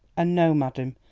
and no, madam,